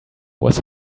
was